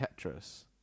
Tetris